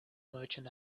merchant